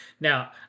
Now